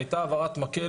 הייתה העברת מקל